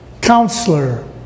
Counselor